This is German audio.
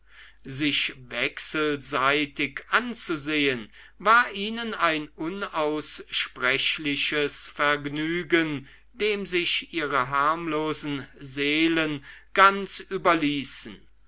sich wechselseitig anzusehen war ihnen ein unaussprechliches vergnügen dem sich ihre harmlosen seelen ganz überließen